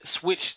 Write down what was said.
switch